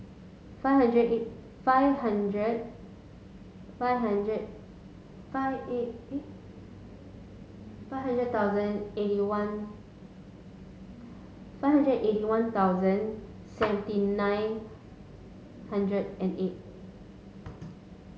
five hundred eight five hundred five hundred five eight eight five hundred thousand eighty one five hundred eighty one thousand seventy nine hundred and eight